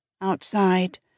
Outside